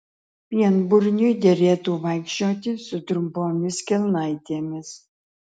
pienburniui derėtų vaikščioti su trumpomis kelnaitėmis